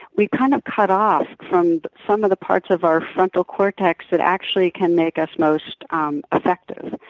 we kind of cut off from some of the parts of our frontal cortex that actually can make us most um effective.